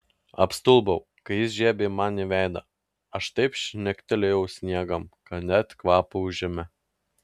apstulbau kai jis žiebė man į veidą aš taip žnektelėjau sniegan kad net kvapą užėmė